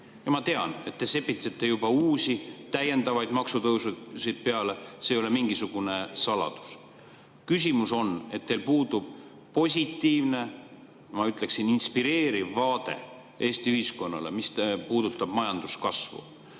Ma tean, et te sepitsete juba uusi, täiendavaid maksutõususid, see ei ole mingisugune saladus. Küsimus on, et teil puudub positiivne, ma ütleksin, inspireeriv vaade Eesti ühiskonnale, mis puudutab majanduskasvu.